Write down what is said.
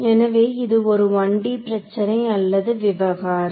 எனவே இது ஒரு 1D பிரச்சனை அல்லது விவகாரம்